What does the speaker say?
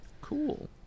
cool